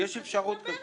נדבר.